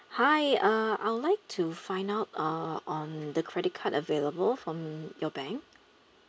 hi uh I would like to find out uh on the credit card available from your bank